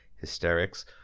hysterics